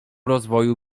rozwoju